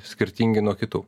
skirtingi nuo kitų